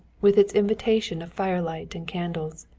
with its invitation of firelight and candles.